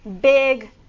big